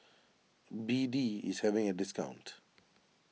B D is having a discount